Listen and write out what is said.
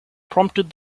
prompted